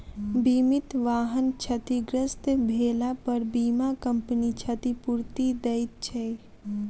बीमित वाहन क्षतिग्रस्त भेलापर बीमा कम्पनी क्षतिपूर्ति दैत छै